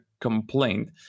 complaint